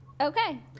okay